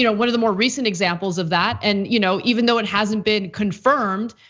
you know one of the more recent examples of that, and you know even though it hasn't been confirmed,